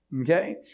Okay